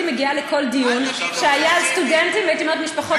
אל תגיד: אובססיבית.